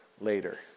later